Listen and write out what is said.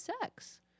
sex